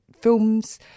films